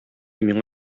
миңа